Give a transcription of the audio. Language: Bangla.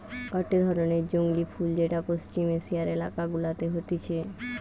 গটে ধরণের জংলী ফুল যেটা পশ্চিম এশিয়ার এলাকা গুলাতে হতিছে